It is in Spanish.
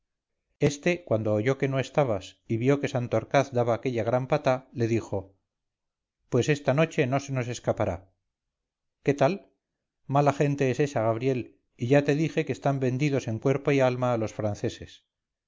este cuando oyó que no estabas y vio que santorcaz daba aquella gran patá le dijo pues esta noche no se nos escapará qué tal mala gente es esa gabriel y ya te dije que están vendidos en cuerpo y alma a los franceses